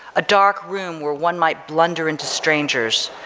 a dark room where one might blunder into strangers,